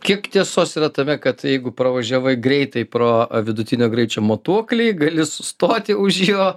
kiek tiesos yra tame kad jeigu pravažiavai greitai pro vidutinio greičio matuoklį gali sustoti už jo